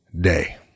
day